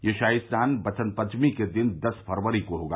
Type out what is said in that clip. यह शाही स्नान वसंत पचंमी के दिन दस फरवरी को होगा